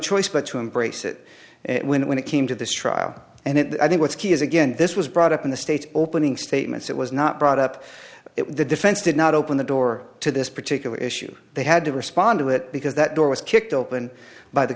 choice but to embrace it when it when it came to this trial and it i think what's key is again this was brought up in the state's opening statements it was not brought up the defense did not open the door to this particular issue they had to respond to it because that door was kicked open by the